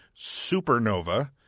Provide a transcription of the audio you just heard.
supernova